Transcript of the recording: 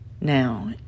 Now